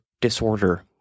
disorder